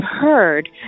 heard